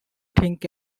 think